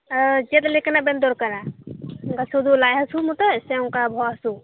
ᱪᱮᱫᱞᱮᱠᱟᱱᱟᱜ ᱵᱮᱱ ᱫᱚᱨᱠᱟᱨᱟ ᱚᱱᱠᱟ ᱥᱩᱫᱩ ᱞᱟᱡ ᱦᱟᱥᱩ ᱢᱚᱛᱚ ᱥᱮ ᱚᱱᱠᱟ ᱵᱚᱦᱚᱜ ᱦᱟᱥᱩ